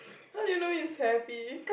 how do you know if happy